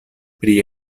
pri